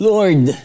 Lord